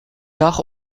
car